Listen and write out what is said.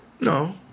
no